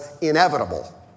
inevitable